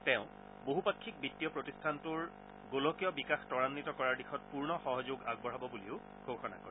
তেওঁ বহুপাক্ষিক বিত্তীয় প্ৰতিষ্ঠানটোৰ গোলকীয় বিকাশ ত্ৰাগ্বিত কৰাৰ দিশত পূৰ্ণ সহযোগ আগবঢ়াব বুলিও ঘোষণা কৰে